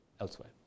elsewhere